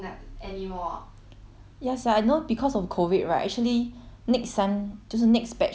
ya sia I know because of COVID right actually next sem 就是 next batch 的他们 intern 的人 right